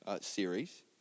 series